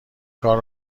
کار